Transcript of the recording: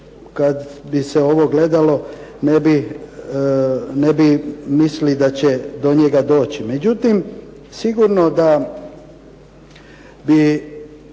kad bi se ovo gledalo ne bi mislili da će do njega doći. Međutim, sigurno da bi